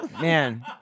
Man